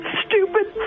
stupid